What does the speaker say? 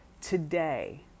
today